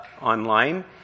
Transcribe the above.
online